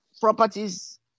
properties